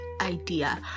idea